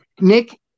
Nick